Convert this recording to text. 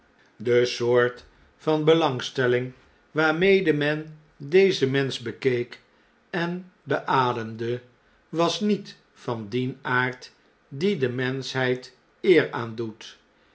de soort van belangstelling waarmede men deze mensch bekeek en beademde was niet van dien aard die de menschheid eer aandoet